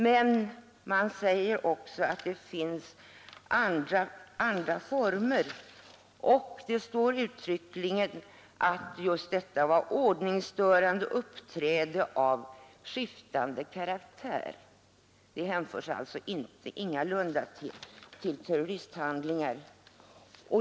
Sedan sägs det också att det finns andra former — och det står uttryckligen — ordningstörande uppträden av skiftande karaktär, men sådant hänförs alltså ingalunda till terroristhandlingar.